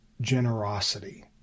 generosity